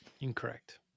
Incorrect